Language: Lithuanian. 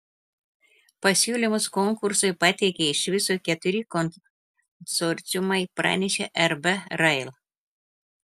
pasiūlymus konkursui pateikė iš viso keturi konsorciumai pranešė rb rail